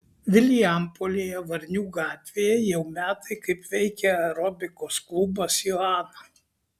vilijampolėje varnių gatvėje jau metai kaip veikia aerobikos klubas joana